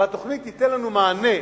והתוכנית תיתן לנו מענה